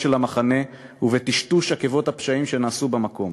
של המחנה ובטשטוש עקבות הפשעים שנעשו במקום.